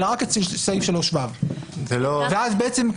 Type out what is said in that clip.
אלא רק את סעיף 3ו. ואז בעצם,